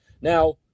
Now